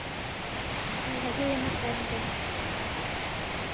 ᱟᱹᱜᱩᱭᱟ ᱱᱟᱦᱟᱸᱜ ᱛᱟᱭᱚᱢ ᱛᱮ